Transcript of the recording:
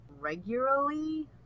Regularly